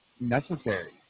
necessary